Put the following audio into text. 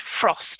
frost